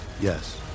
Yes